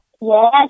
Yes